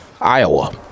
Iowa